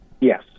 Yes